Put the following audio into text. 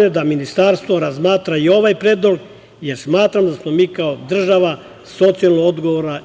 je da Ministarstvo razmatra i ovaj predlog, jer smatram da smo mi kao država socijalno odgovorna